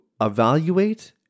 evaluate